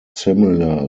similar